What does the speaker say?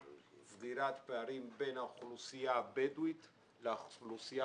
בסגירת הפערים בין האוכלוסייה הבדואית לבין האוכלוסייה